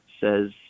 says